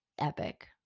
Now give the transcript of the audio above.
epic